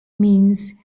means